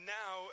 now